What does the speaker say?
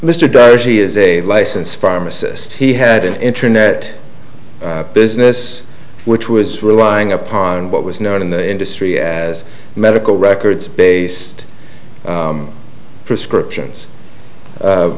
darcy is a license pharmacist he had an internet business which was relying upon what was known in the industry as medical records based prescriptions